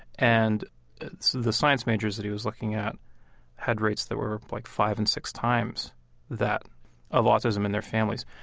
and the science majors that he was looking at had rates that were like five and six times that of autism in their families.